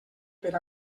per